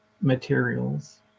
materials